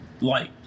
light